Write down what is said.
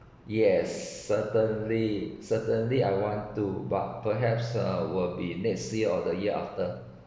yes certainly certainly I want to but perhaps uh will be next year or the year after